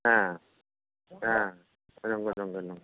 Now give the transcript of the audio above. नंगौ नंगौ नंगौ